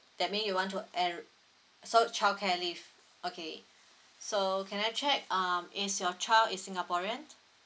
that mean you want to en~ so childcare leave okay so can I check um is your child is singaporean